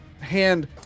hand